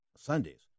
Sundays